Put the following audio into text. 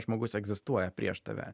žmogus egzistuoja prieš tave